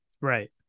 Right